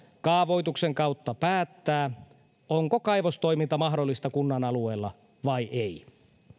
kaavoituksen kautta päättää onko kaivostoiminta mahdollista kunnan alueella vai ei